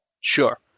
Sure